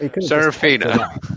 Serafina